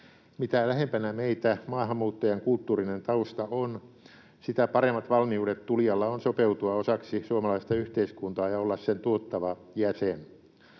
Mitä lähempänä meitä maahanmuuttajan kulttuurinen tausta on, sitä paremmat valmiudet tulijalla on sopeutua osaksi suomalaista yhteiskuntaa ja olla sen tuottava jäsen.